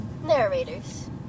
narrators